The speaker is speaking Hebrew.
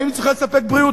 האם היא צריכה לספק בריאות?